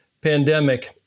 pandemic